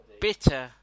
bitter